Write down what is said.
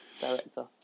director